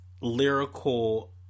lyrical